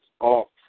off